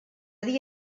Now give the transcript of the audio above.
dir